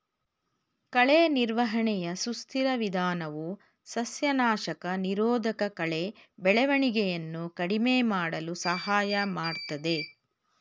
ಕಳೆ ನಿರ್ವಹಣೆಯ ಸುಸ್ಥಿರ ವಿಧಾನವು ಸಸ್ಯನಾಶಕ ನಿರೋಧಕಕಳೆ ಬೆಳವಣಿಗೆಯನ್ನು ಕಡಿಮೆ ಮಾಡಲು ಸಹಾಯ ಮಾಡ್ತದೆ